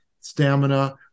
stamina